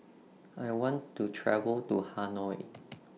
I want to travel to Hanoi